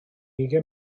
ugain